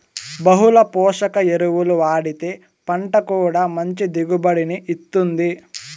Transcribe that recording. బహుళ పోషక ఎరువులు వాడితే పంట కూడా మంచి దిగుబడిని ఇత్తుంది